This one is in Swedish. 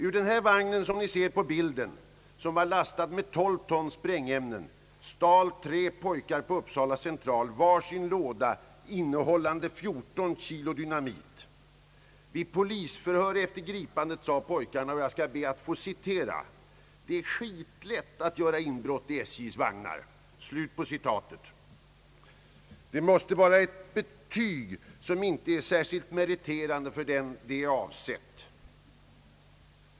Ur den vagn som ni ser på bilden och som var lastad med 12 ton sprängämnen stal tre pojkar på Uppsala central var sin låda innehållande 14 kg dynamit. Vid polisförhör efter gripandet sade en av pojkarna: »Det är skitlätt att göra inbrott i SJ:s vagnar.» Det är ett betyg som inte är särskilt meriterande för dem det avser.